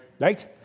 Right